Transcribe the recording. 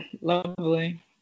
Lovely